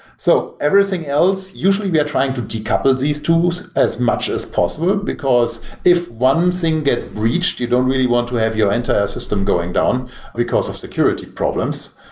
so everything else, usually we are trying to decouple these tools as much as possible, because if one thing gets breached, you don't really want to have your entire system going because of security problems.